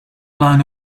line